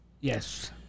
Yes